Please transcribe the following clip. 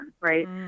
right